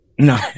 No